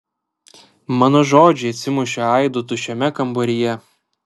mano žodžiai atsimušė aidu tuščiame kambaryje